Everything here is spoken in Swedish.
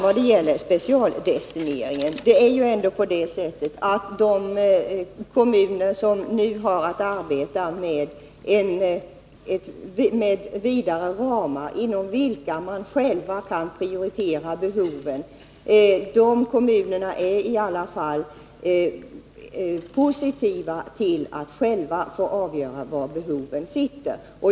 När det gäller specialdestineringen är de kommuner som nu har att arbeta med vidare ramar positiva till att själva få avgöra var behoven finns och själva prioritera insatserna.